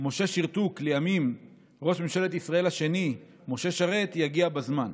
משה שרתוק, לימים ראש הממשלה השני של מדינת